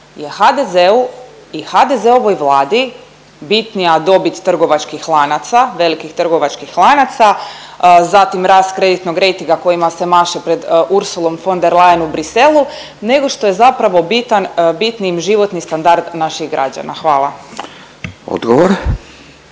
je HDZ-u i HDZ-ovoj vladi bitnija dobit trgovačkih lanaca, velikih trgovačkih lanaca, zatim rast kreditnog rejtinga kojima se maše pred Ursulom von der Leyen u Bruxellesu, nego što je zapravo bitan, bitniji im životni standard naših građana? Hvala .